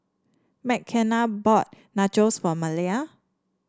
Mckenna bought Nachos for Maleah